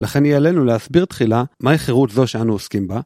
לכן יהיה עלינו להסביר תחילה מה החירות זו שאנו עוסקים בה.